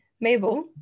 Mabel